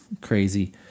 crazy